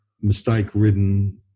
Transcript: mistake-ridden